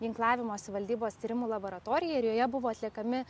ginklavimosi valdybos tyrimų laboratorija ir joje buvo atliekami